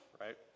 Right